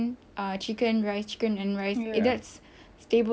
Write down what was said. anything that is not generic to you you're like no I know you